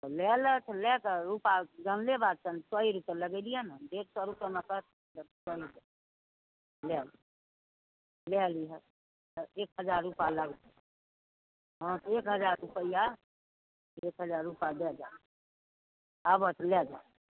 तऽ लए लोथ लए कए रूपा जनले बात छनि सही तऽ लगेलियैन हँ डेढ़ सए रूपामे लए लिहैथ तऽ एक हजार रूपा लगतनि हँ एक हजार रुपैआ एक हजार रूपा दए दऽ आबऽ तऽ लए जा